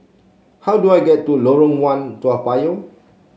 how do I get to Lorong One Toa Payoh